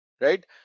right